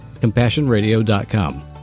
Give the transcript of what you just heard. CompassionRadio.com